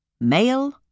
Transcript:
Male